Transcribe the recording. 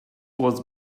was